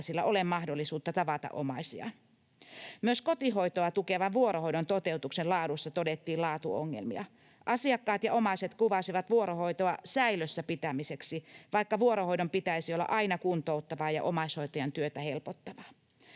ole mahdollisuutta tavata omaisiaan. Myös kotihoitoa tukevan vuorohoidon toteutuksen laadussa todettiin laatuongelmia. Asiakkaat ja omaiset kuvasivat vuorohoitoa säilössä pitämiseksi, vaikka vuorohoidon pitäisi olla aina kuntouttavaa ja omaishoitajan työtä helpottavaa.